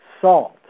salt